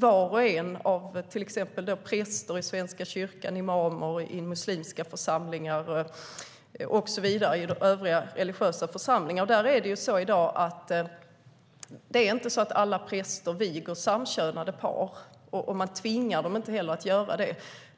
alla svenska präster i Svenska kyrkan, imamer i muslimska församlingar och så vidare. I dag viger inte alla präster samkönade par, och de tvingas inte heller till att göra det.